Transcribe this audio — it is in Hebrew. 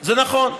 זה נכון.